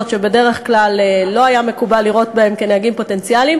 שבדרך כלל לא היה מקובל לראות בהן מקור לנהגים פוטנציאליים